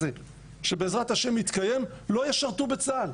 בקצב הזה יהיו יותר חיילים ערבים בצה"ל